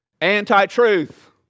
Anti-truth